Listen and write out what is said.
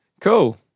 Cool